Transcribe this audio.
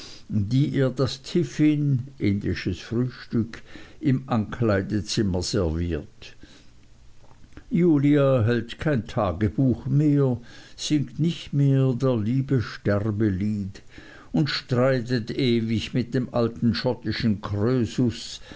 die ihr das tiffin indisches frühstück im ankleidezimmer serviert julia hält kein tagebuch mehr singt nicht mehr der liebe sterbelied und streitet ewig mit dem alten schottischen krösus